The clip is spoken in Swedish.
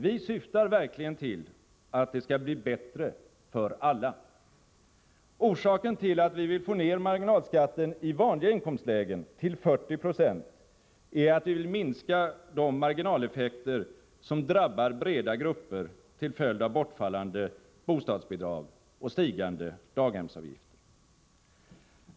Vi syftar verkligen till att det skall bli bättre för alla. Orsaken till att vi vill få ned marginalskatten i vanliga inkomstlägen till 40 96 är att vi vill minska de marginaleffekter som drabbar breda grupper till följd av bortfallande bostadsbidrag och stigande daghemsavgifter.